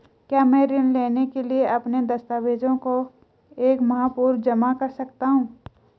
क्या मैं ऋण लेने के लिए अपने दस्तावेज़ों को एक माह पूर्व जमा कर सकता हूँ?